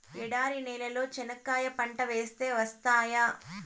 ఎడారి నేలలో చెనక్కాయ పంట వేస్తే వస్తాయా?